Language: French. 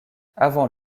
avant